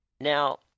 Now